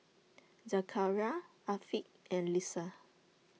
Zakaria Afiq and Lisa